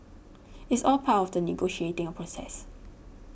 it's all part of the negotiating a process